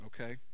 Okay